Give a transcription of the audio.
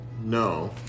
No